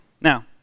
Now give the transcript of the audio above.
Now